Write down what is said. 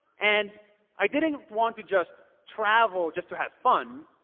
and i didn't want to just travel just to have fun.